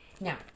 Now